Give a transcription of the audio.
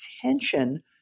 attention